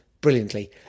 brilliantly